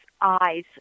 eyes